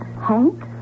Hank